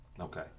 okay